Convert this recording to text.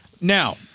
Now